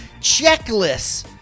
checklists